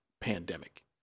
pandemic